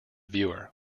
viewer